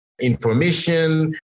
information